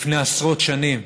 לפני עשרות שנים.